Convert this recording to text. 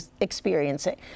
experiencing